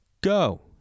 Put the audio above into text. Go